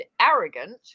arrogant